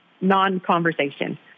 non-conversation